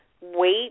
weight